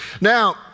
Now